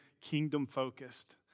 kingdom-focused